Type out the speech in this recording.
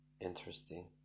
interesting